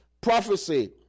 Prophecy